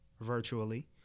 virtually